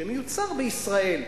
שמיוצר בישראל.